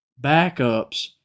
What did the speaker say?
backups